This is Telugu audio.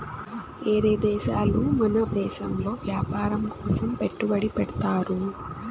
ఏరే దేశాలు మన దేశంలో వ్యాపారం కోసం పెట్టుబడి పెడ్తారు